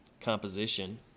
composition